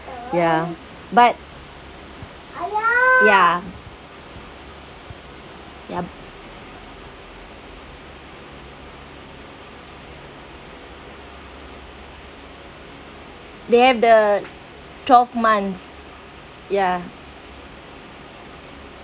ya but ya yup they have the twelve months ya